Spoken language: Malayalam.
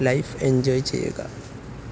ലൈഫ് എൻജോയ് ചെയ്യുക